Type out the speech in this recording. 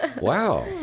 wow